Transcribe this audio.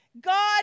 God